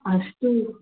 ಅಷ್ಟು